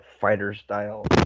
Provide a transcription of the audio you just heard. fighter-style